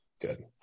Good